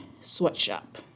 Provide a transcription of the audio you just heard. sweatshop